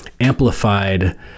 amplified